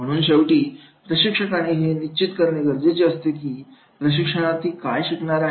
म्हणून शेवटी प्रशिक्षकाने हे निश्चित करणे गरजेचे आहे की प्रशिक्षणार्थी काय शिकणार